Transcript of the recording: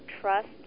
trust